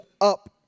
up